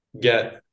get